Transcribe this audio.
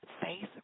Face